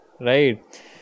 right